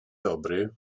dobry